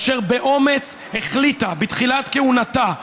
אשר באומץ החליטה בתחילת כהונתה,